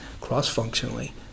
cross-functionally